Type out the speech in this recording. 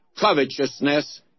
covetousness